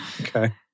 Okay